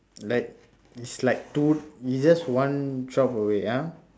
like it's like two is just one shop away ah